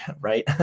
right